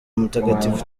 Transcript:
mutagatifu